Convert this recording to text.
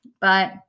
but-